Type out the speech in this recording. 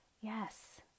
Yes